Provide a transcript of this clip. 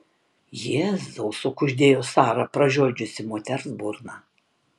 jėzau sukuždėjo sara pražiodžiusi moters burną